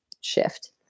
shift